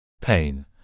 Pain